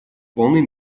полной